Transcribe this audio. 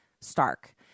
stark